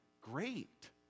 great